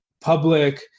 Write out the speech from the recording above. public